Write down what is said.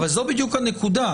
אבל זו בדיוק הנקודה.